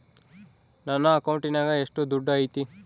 ನನ್ನ ಅಕೌಂಟಿನಾಗ ಎಷ್ಟು ದುಡ್ಡು ಐತಿ?